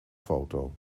foto